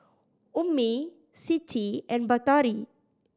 Ummi Siti and Batari